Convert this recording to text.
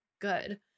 good